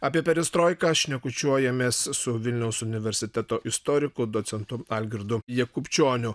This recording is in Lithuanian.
apie perestroiką šnekučiuojamės su vilniaus universiteto istoriku docentu algirdu jakubčioniu